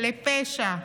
הוא שותף לפשע.